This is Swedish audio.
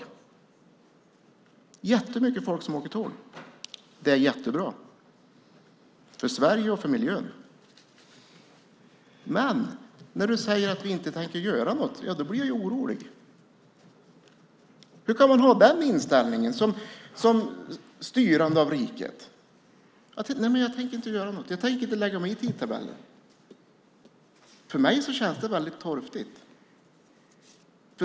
Det är väldigt mycket folk som åker tåg, och det är jättebra för Sverige och för miljön. Men när du säger att ni inte tänker göra någonting blir jag orolig. Hur kan man som styrande av riket ha inställningen att man inte tänker göra något, inte tänker lägga sig i tidtabeller? För mig känns det väldigt torftigt.